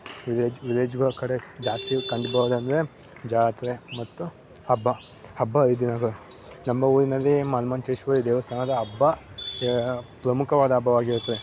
village ವಿಲೇಜ್ಗಳ ಕಡೆ ಸ್ ಜಾಸ್ತಿ ಕಂಡುಬರೋದೆಂದ್ರೆ ಜಾತ್ರೆ ಮತ್ತು ಹಬ್ಬ ಹಬ್ಬ ಹರಿದಿನಗಳು ನಮ್ಮ ಊರಿನಲ್ಲಿ ಮಾನ್ಮಂತೇಶ್ವರಿ ದೇವಸ್ಥಾನದ ಹಬ್ಬ ಪ್ರಮುಖವಾದ ಹಬ್ಬವಾಗಿರುತ್ತದೆ